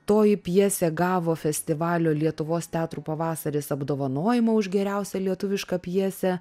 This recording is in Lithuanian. toji pjesė gavo festivalio lietuvos teatrų pavasaris apdovanojimą už geriausią lietuvišką pjesę